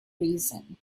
reason